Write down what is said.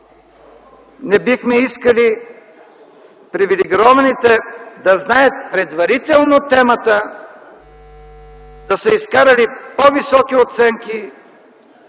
не бихме искали привилегированите да знаят предварително темата, да са изкарали по-високи оценки